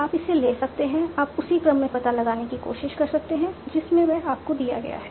आप इसे ले सकते हैं आप उसी क्रम में पता लगाने की कोशिश कर सकते हैं जिसमें वह आपको दिया गया है